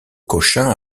cochin